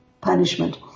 punishment